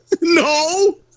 No